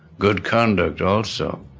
good conduct also,